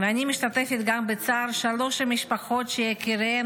אני משתתפת גם בצער שלוש המשפחות שיקיריהן